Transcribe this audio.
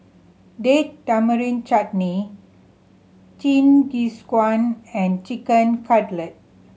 Date Tamarind Chutney Jingisukan and Chicken Cutlet